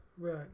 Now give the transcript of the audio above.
Right